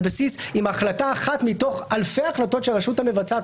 בסיס אם החלטה אחת מתוך אלפי החלטות של הרשות המבצעת,